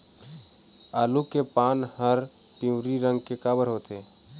आलू के पान हर पिवरी रंग के काबर होथे?